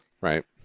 Right